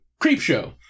Creepshow